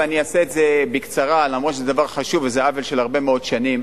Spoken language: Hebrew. ואני אעשה את זה בקצרה למרות שזה דבר חשוב וזה עוול של הרבה מאוד שנים: